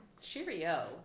Cheerio